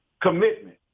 commitment